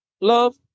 love